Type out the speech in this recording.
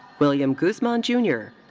william guzman, jr.